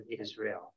Israel